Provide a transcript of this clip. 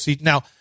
now